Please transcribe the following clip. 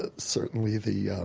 ah certainly, the